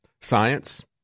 science